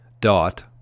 DOT